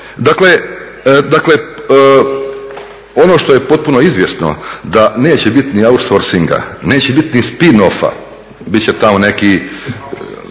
Dakle, ono što je potpuno izvjesno da neće biti ni outsourcinga, neće biti ni spin off-a, bit će tamo neki